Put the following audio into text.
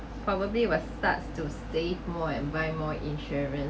probably we'll start to save more and buy more insurance